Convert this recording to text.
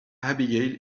abigail